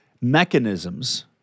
mechanisms